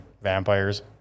Vampires